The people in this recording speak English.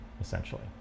essentially